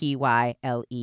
pyle